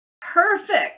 perfect